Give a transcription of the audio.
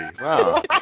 Wow